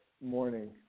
morning